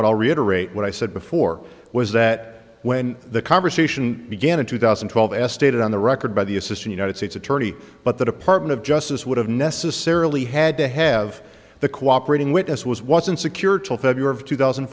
reiterate what i said before was that when the conversation began in two thousand and twelve as stated on the record by the assistant united states attorney but the department of justice would have necessarily had to have the cooperating witness was wasn't secure till february of two thousand